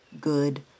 good